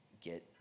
get